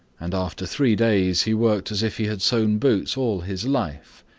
and after three days he worked as if he had sewn boots all his life.